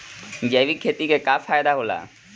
जैविक खेती क का फायदा होला?